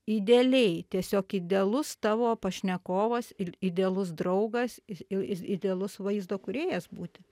idealiai tiesiog idealus tavo pašnekovas ir idealus draugas i ir idealus vaizdo kūrėjas būti